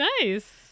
Nice